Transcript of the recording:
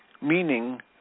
meaning